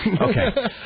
Okay